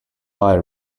bye